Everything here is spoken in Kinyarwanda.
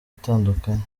atandukanye